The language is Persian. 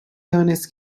دانست